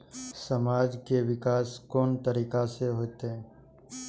समाज के विकास कोन तरीका से होते?